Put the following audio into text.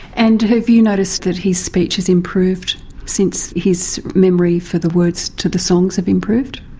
and have you noticed that his speech has improved since his memory for the words to the songs have improved?